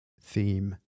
theme